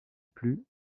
plus